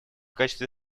качестве